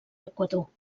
equador